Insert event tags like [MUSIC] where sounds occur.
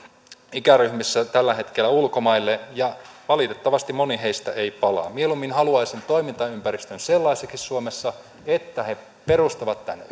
ikäryhmissä tällä hetkellä ulkomaille ja valitettavasti moni heistä ei palaa mieluummin haluaisin toimintaympäristön sellaiseksi suomessa että he perustavat tänne [UNINTELLIGIBLE]